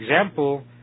example